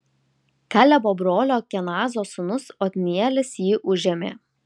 kalebo brolio kenazo sūnus otnielis jį užėmė